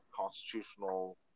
constitutional